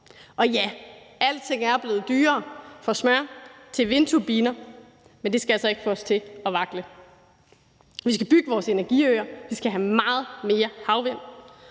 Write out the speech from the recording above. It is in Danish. Og ja, alting er blevet dyrere, fra smør til vindturbiner, men det skal altså ikke få os til at vakle. Vi skal bygge vores energiøer. Vi skal have meget mere havvind,